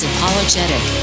Apologetic